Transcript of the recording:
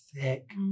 thick